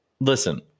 Listen